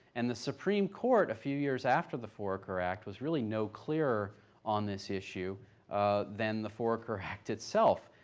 and the supreme court, a few years after the foraker act, was really no clearer on this issue than the foraker act itself.